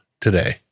today